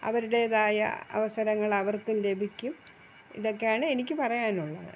അവരുടേതായ അവസരങ്ങൾ അവർക്കും ലഭിക്കും ഇതൊക്കെയാണ് എനിക്ക് പറയാനുള്ളത്